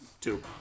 Two